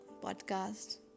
podcast